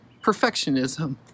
perfectionism